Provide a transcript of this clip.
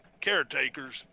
caretakers